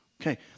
Okay